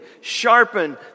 sharpen